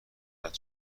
است